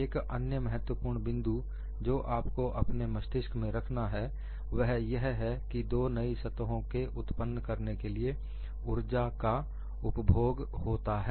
एक अन्य महत्वपूर्ण बिंदु जो आपको अपने मस्तिष्क में रखना है वह यह है कि दो नई सतहों के उत्पन्न करने के लिए ऊर्जा का उपभोग होता है